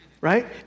Right